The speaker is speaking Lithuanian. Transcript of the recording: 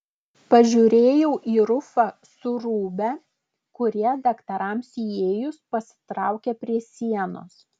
pažiūrėjau į rufą su rūbe kurie daktarams įėjus pasitraukė prie sienos